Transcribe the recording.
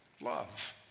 love